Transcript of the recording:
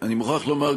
אני מוכרח לומר,